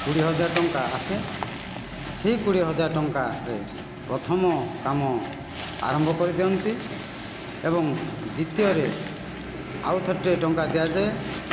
କୋଡ଼ିଏ ହଜାର ଟଙ୍କା ଆସେ ସେହି କୋଡ଼ିଏ ହଜାର ଟଙ୍କାରେ ପ୍ରଥମ କାମ ଆରମ୍ଭ କରିଦିଅନ୍ତି ଏବଂ ଦ୍ଵିତୀୟରେ ଆଉ ଥର ଟିଏ ଟଙ୍କା ଦିଆଯାଏ